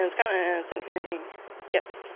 and comments, and anything? yes